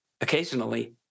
occasionally